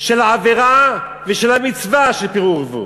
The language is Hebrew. של העבירה ושל המצווה של פרו ורבו,